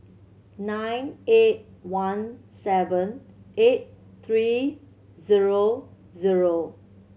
nine eight one seven eight three zero zero